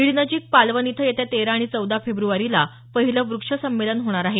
बीड नजिक पालवन इथं येत्या तेरा आणि चौदा फेब्रवारीला पहिलं वृक्ष संमेलन होणार आहे